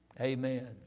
Amen